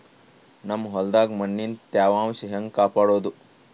ನಮ್ ಹೊಲದಾಗ ಮಣ್ಣಿನ ತ್ಯಾವಾಂಶ ಹೆಂಗ ಕಾಪಾಡೋದು?